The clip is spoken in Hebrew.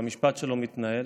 והמשפט שלו מתנהל,